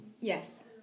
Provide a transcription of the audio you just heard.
Yes